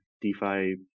DeFi